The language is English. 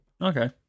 Okay